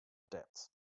debts